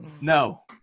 No